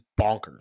bonkers